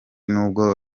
nubwo